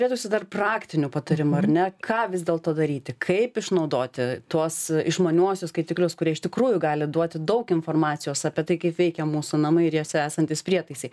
norėtųsi dar praktinių patarimų ar ne ką vis dėlto daryti kaip išnaudoti tuos išmaniuosius skaitiklius kurie iš tikrųjų gali duoti daug informacijos apie tai kaip veikia mūsų namai ir jose esantys prietaisai